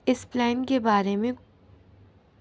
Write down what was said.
اس plan کے بارے میں